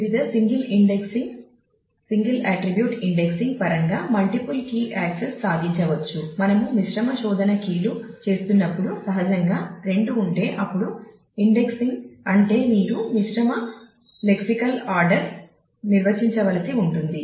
వివిధ single indexing single attribute indexing నిర్వచించవలసి ఉంటుంది